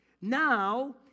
Now